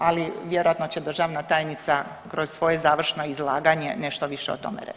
Ali vjerojatno će državna tajnica kroz svoje završno izlaganje nešto više o tome reći.